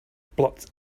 blots